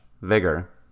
Vigor